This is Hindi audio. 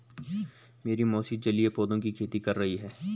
मेरी मौसी जलीय पौधों की खेती कर रही हैं